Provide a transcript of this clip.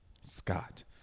Scott